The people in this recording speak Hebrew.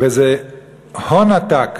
וזה הון עתק.